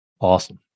Awesome